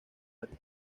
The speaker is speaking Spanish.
área